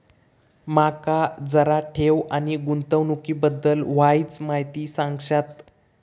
माका जरा ठेव आणि गुंतवणूकी बद्दल वायचं माहिती सांगशात?